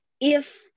if-